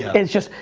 it's just,